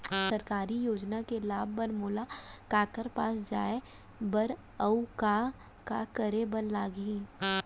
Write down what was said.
सरकारी योजना के लाभ बर मोला काखर पास जाए बर अऊ का का करे बर लागही?